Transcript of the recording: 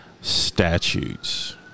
statutes